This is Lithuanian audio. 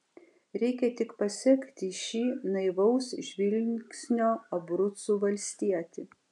reikia tik pasekti šį naivaus žvilgsnio abrucų valstietį